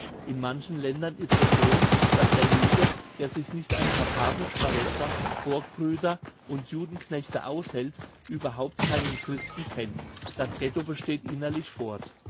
in manchen ländern ist es so dass der jude der sich nicht ein paar tafelschmarotzer borgbrüder und judenknechte aushält überhaupt keinen christen kennt das ghetto besteht innerlich fort